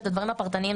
את הדברים הפרטניים,